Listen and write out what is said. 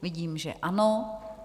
Vidím, že ano.